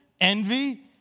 envy